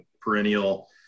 perennial